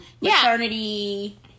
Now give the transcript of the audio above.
maternity